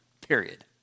Period